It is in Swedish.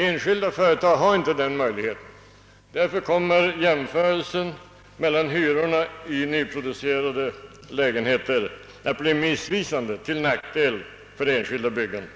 Enskilda företag har inte den möjligheten. Därför kommer jämförelsen mellan hyrorna i nyproducerade lägenheter att bli missvisande till nackdel för det enskilda byggandet.